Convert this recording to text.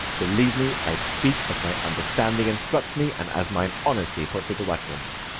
believe me, i speak as my understanding instructs me and as mine honesty puts it to utterance.